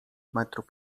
metrów